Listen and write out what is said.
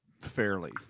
fairly